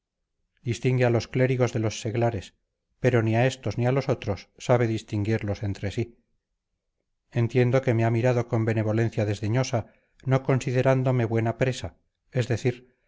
distingue a los clérigos de los seglares pero ni a estos ni a los otros sabe distinguirlos entre sí entiendo que me ha mirado con benevolencia desdeñosa no considerándome buena presa es decir